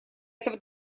этого